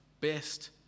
best